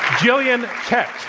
gillian tett.